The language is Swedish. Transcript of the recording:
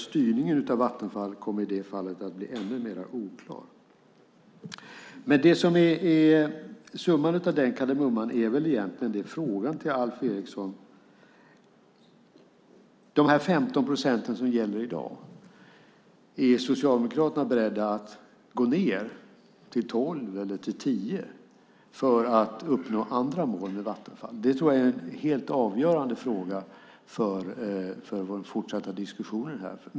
Styrningen av Vattenfall kommer i det fallet att bli ännu mer oklar. Summan av kardemumman är egentligen frågan till Alf Eriksson: Är Socialdemokraterna beredda att gå ned från de 15 procenten som är i dag till 12 eller 10 procent för att uppnå andra mål med Vattenfall? Det tror jag är en helt avgörande fråga för vår fortsatta diskussion.